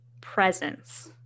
presence